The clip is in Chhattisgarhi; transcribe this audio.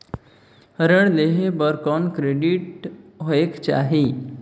ऋण लेहे बर कौन क्रेडिट होयक चाही?